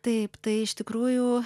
taip tai iš tikrųjų